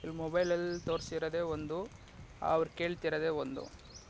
ಇಲ್ಲಿ ಮೊಬೈಲಲ್ಲಿ ತೋರ್ಸಿರೋದೇ ಒಂದು ಅವರು ಕೇಳ್ತಿರೋದೇ ಒಂದು